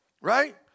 Right